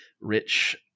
rich